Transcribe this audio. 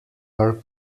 are